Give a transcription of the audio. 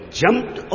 jumped